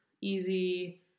easy